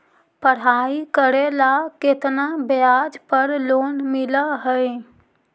पढाई करेला केतना ब्याज पर लोन मिल हइ?